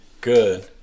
good